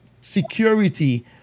security